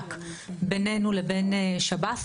והממשק ביננו לבין שב"ס,